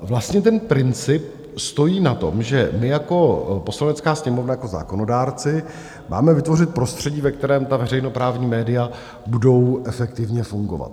Vlastně ten princip stojí na tom, že my jako Poslanecká sněmovna, jako zákonodárci, máme vytvořit prostředí, ve kterém ta veřejnoprávní média budou efektivně fungovat.